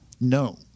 No